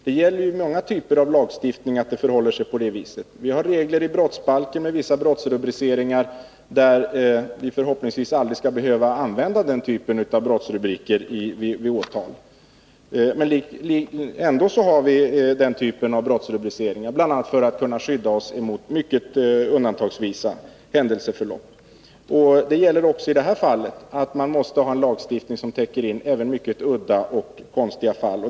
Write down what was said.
Det gäller ju vid många typer av lagstiftning att det förhåller sig på det viset. Vi har regler i brottsbalken med vissa brottsrubriceringar, där vi förhoppningsvis aldrig skall behöva använda den typen av brottsrubriker som vi har vid åtal. Men ändå har vi denna typ av brottsrubricering, bl.a. för att kunna skydda oss mot händelseförlopp som endast kan tänkas inträffa i ett mycket begränsat antal fall, rent undantagsvis. Detsamma gäller här — man måste ha en lagstiftning som täcker in även mycket udda och konstiga fall.